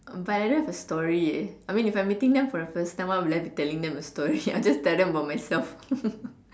but I don't have a story I mean if I'm meeting them for the first time why would I be telling them a story I'll just tell them about myself